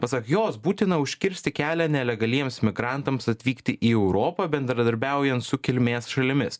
pasak jos būtina užkirsti kelią nelegaliems migrantams atvykti į europą bendradarbiaujant su kilmės šalimis